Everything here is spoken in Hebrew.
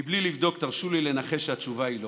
בלי לבדוק, תרשו לי לנחש שהתשובה היא לא.